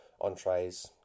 entrees